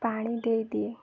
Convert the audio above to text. ପାଣି ଦେଇଦିଏ